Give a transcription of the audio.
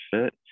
fit